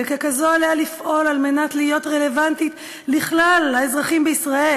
וככזאת עליה לפעול על מנת להיות רלוונטית לכלל האזרחים בישראל.